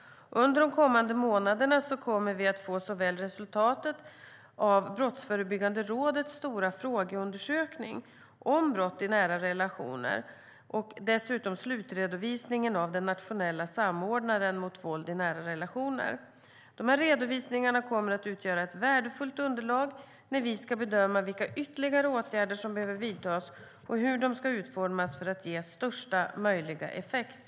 Under de kommande månaderna kommer vi att få såväl resultatet av Brottsförebyggande rådets stora frågeundersökning om brott i nära relationer som slutredovisningen av den nationella samordnaren mot våld i nära relationer. Dessa redovisningar kommer att utgöra ett värdefullt underlag när vi ska bedöma vilka ytterligare åtgärder som behöver vidtas och hur de ska utformas för att ge största möjliga effekt.